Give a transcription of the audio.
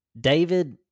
David